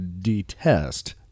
detest